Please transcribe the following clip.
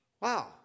Wow